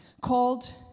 called